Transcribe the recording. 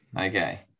Okay